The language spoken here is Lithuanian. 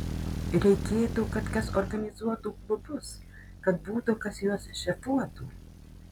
reikėtų kad kas organizuotų klubus kad būtų kas juos šefuotų